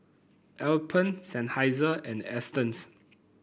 Alpen Seinheiser and Astons